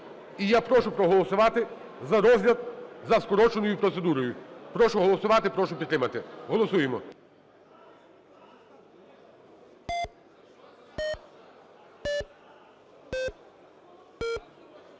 І я прошу проголосувати за розгляд за скороченою процедурою. Прошу голосувати, прошу підтримати. Голосуємо!